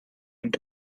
into